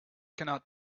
cannot